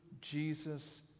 Jesus